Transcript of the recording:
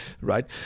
right